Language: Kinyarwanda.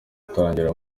kutagira